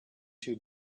too